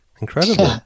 Incredible